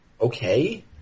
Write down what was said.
okay